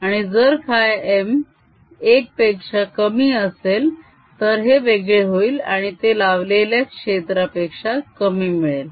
आणि जर χm 1 पेक्षा कमी असेल तर हे वेगळे होईल आणि ते लावलेल्या क्षेत्र पेक्षा कमी मिळेल